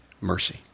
Mercy